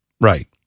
Right